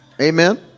amen